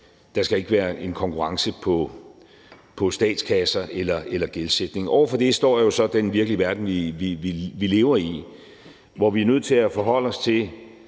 der skal ikke være en konkurrence på statskasser eller gældsætning. Over for det står jo så den virkelige verden, vi lever i, hvor vi er nødt til at forholde os til,